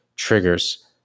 triggers